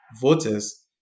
voters